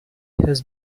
has